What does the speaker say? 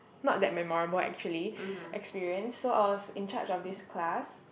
not that memorable actually experience so I was in charge of this class